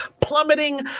plummeting